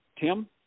Tim